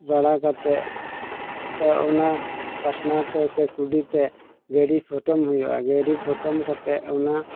ᱵᱟᱲᱟ ᱠᱟᱛᱮᱫ ᱫᱚ ᱚᱱᱟ ᱯᱟᱥᱱᱟᱣ ᱛᱮ ᱥᱮ ᱠᱩᱰᱤ ᱛᱮ ᱜᱟᱹᱨᱤ ᱯᱚᱴᱚᱢ ᱦᱩᱭᱩᱜᱼᱟ ᱜᱟᱹᱨᱤ ᱯᱚᱴᱚᱢ ᱠᱟᱛᱮᱫ ᱚᱱᱟ